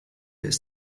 ist